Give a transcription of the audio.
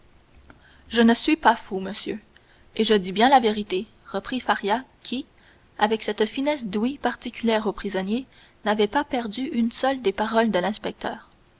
je ne suis pas fou monsieur et je dis bien la vérité reprit faria qui avec cette finesse d'ouïe particulière aux prisonniers n'avait pas perdu une seule des paroles de l'inspecteur